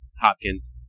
Hopkins